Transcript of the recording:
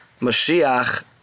Mashiach